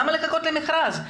למה לחכות למכרז?